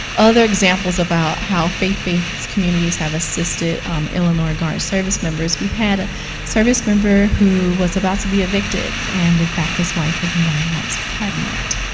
other examples about how faith-based communities have assisted illinois guard service members, we had a service member who was about to be evicted, and, in fact, his wife was nine months pregnant.